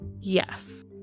yes